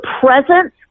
presence